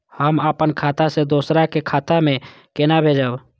हम आपन खाता से दोहरा के खाता में केना भेजब?